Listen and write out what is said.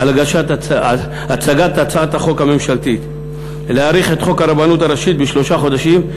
על הצגת הצעת החוק הממשלתית להארכת כהונת הרבנים הראשיים בשלושה חודשים.